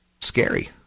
scary